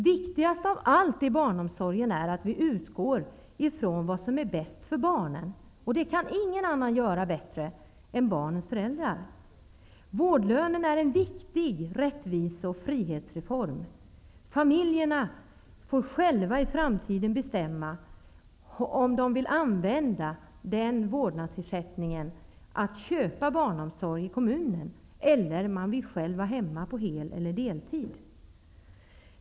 Viktigast av allt i barnomsorgen är att vi utgår från vad som är bäst för barnen. Detta kan ingen avgöra bättre än barnens föräldrar. Vårdlönen är en viktig rättvise och frihetsreform. Familjerna får i framtiden själva bestämma om de vill använda vårdnadsersättningen till att köpa kommunens barnomsorg eller vara hemma på hel eller deltid.